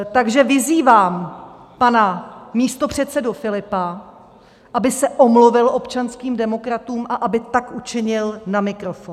Takže vyzývám pana místopředsedu Filipa, aby se omluvil občanským demokratům a aby tak učinil na mikrofon.